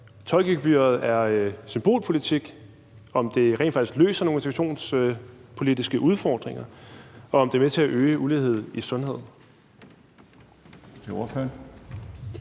at tolkegebyret er symbolpolitik, om det rent faktisk løser nogle integrationspolitiske udfordringer, og om det er med til at øge ulighed i sundhed.